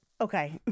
Okay